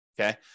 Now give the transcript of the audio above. okay